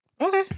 Okay